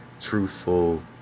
truthful